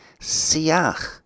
siach